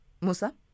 Musa